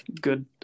Good